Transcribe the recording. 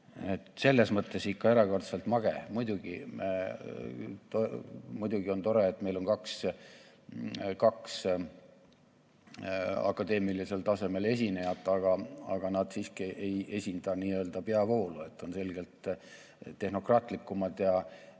Selles mõttes ikka erakordselt mage. Muidugi on tore, et meil on kaks akadeemilisel tasemel esinejat, aga nad siiski ei esinda n‑ö peavoolu, on selgelt tehnokraatlikumad ja